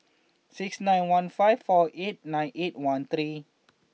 six nine one five four eight nine eight one three